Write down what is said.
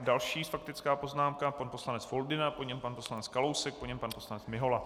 Další faktická poznámka pan poslanec Foldyna, po něm pan poslanec Kalousek, po něm pan poslanec Mihola.